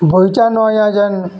ବଗିଚାନ ଆଜ୍ଞା ଯେନ୍